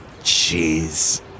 Jeez